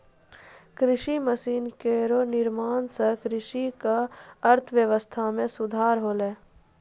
कृषि मसीन केरो निर्माण सें कृषि क अर्थव्यवस्था म सुधार होलै